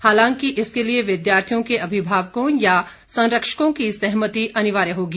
हालांकि इसके लिए विद्यार्थियों के अभिभावकों या संरक्षकों की सहमति अनिवार्य होगी